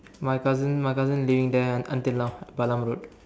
my cousin my cousin living there until now Balam Road